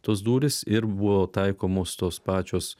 tos durys ir buvo taikomos tos pačios